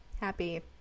happy